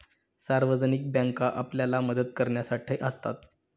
सार्वजनिक बँका आपल्याला मदत करण्यासाठी असतात